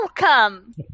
welcome